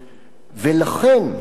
ולכן,